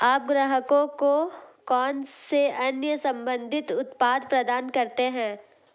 आप ग्राहकों को कौन से अन्य संबंधित उत्पाद प्रदान करते हैं?